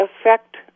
affect